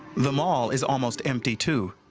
the mall is almost empty, too.